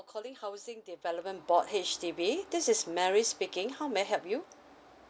calling housing development board H_D_B this is mary speaking how may I help you